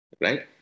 right